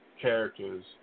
characters